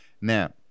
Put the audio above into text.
now